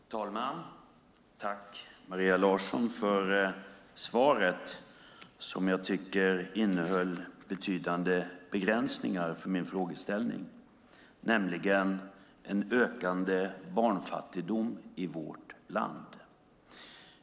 Fru talman! Jag tackar Maria Larsson för svaret som jag tycker innehåller betydande begränsningar utifrån min frågeställning, nämligen om en ökande barnfattigdom i vårt land.